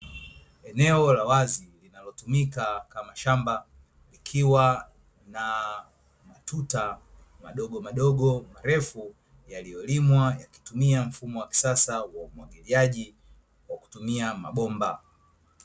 Eneo la wazi linalotumika kama shamba likiwa na matuta madogomadogo marefu, yaliyolimwa yakitumia mfumo wa kisasa wa umwagiliaji kwa kutumia mabomba.